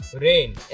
rain